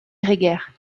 grégaire